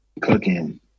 Cooking